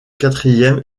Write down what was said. quatrième